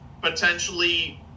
potentially